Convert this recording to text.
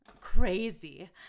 crazy